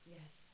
Yes